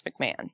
mcmahon